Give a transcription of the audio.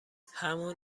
همون